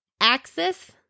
Axis